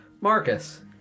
Marcus